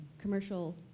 commercial